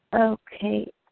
Okay